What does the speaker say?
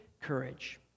courage